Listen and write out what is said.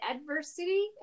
adversity